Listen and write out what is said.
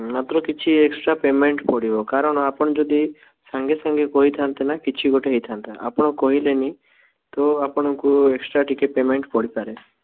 ମାତ୍ର କିଛି extra payment ପଡ଼ିବ କାରଣ ଆପଣ ଯଦି ସାଙ୍ଗେ ସାଙ୍ଗେ କହିଥାନ୍ତେ ନା କିଛି ଗୋଟେ ହେଇଥାନ୍ତା ଆପଣ କହିଲେନି ତ ଆପଣଙ୍କୁ ଏକ୍ସଟ୍ରା ଟିକେ ପେମେଣ୍ଟ ପଡ଼ିପାରେ